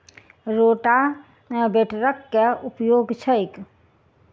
रोटावेटरक केँ उपयोग छैक?